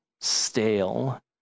stale